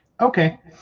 okay